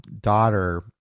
daughter